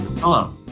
Hello